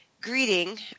greeting